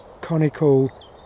conical